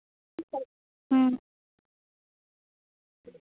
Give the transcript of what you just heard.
হুম